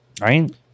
Right